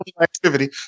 activity